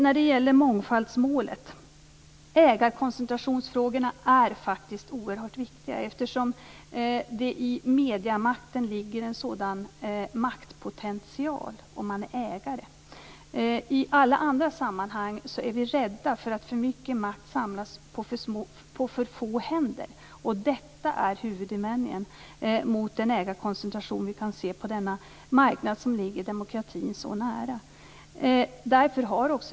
Beträffande mångfaldsmålet är ägarkoncentrationsfrågorna faktiskt oerhört viktiga, eftersom det i mediemakten ligger en sådan maktpotential i att vara ägare. I alla andra sammanhang är vi rädda för att för mycket makt samlas på för få händer, och detta är huvudinvändningen mot den ägarkoncentration som vi kan se på en marknad som ligger demokratin så nära.